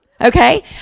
Okay